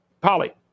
Polly